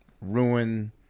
ruin